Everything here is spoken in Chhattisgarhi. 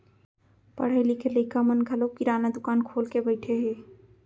पढ़े लिखे लइका मन घलौ किराना दुकान खोल के बइठे हें